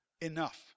enough